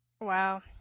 Wow